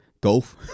Golf